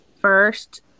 first